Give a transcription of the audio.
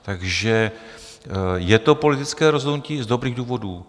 Takže je to politické rozhodnutí z dobrých důvodů.